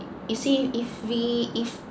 you see if we if